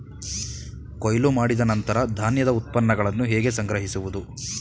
ಕೊಯ್ಲು ಮಾಡಿದ ನಂತರ ಧಾನ್ಯದ ಉತ್ಪನ್ನಗಳನ್ನು ಹೇಗೆ ಸಂಗ್ರಹಿಸುವುದು?